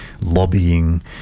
lobbying